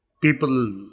people